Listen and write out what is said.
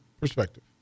perspective